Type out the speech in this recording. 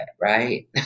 right